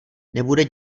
nebude